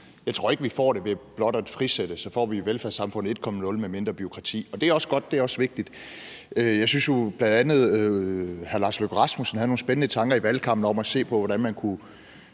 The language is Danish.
Jeg tror ikke, vi får det ved blot at frisætte – så får vi velfærdssamfund 1.0 med mindre bureaukrati. Og det er også godt; det er også vigtigt. Jeg synes, at hr. Lars Løkke Rasmussen havde nogle spændende tanker i valgkampen om at se på, hvordan man kunne